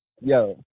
Yo